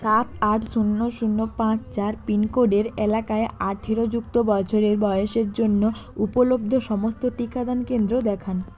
সাত আট শূন্য শূন্য পাঁচ চার পিনকোডের এলাকায় আঠেরো যুক্ত বছরের বয়সের জন্য উপলব্ধ সমস্ত টিকাদান কেন্দ্র দেখান